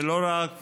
ולא רק